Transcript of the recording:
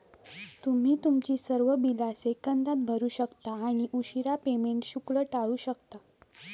तुम्ही तुमची सर्व बिला सेकंदात भरू शकता आणि उशीरा पेमेंट शुल्क टाळू शकता